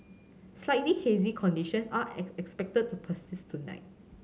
slightly hazy conditions are expected to persist tonight